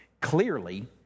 clearly